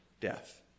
death